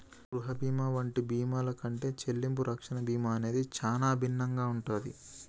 గృహ బీమా వంటి బీమాల కంటే చెల్లింపు రక్షణ బీమా అనేది చానా భిన్నంగా ఉంటాది